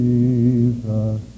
Jesus